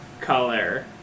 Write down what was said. color